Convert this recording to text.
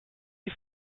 die